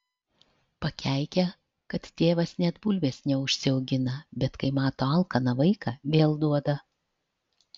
pakeikia kad tėvas net bulvės neužsiaugina bet kai mato alkaną vaiką vėl duoda